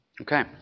Okay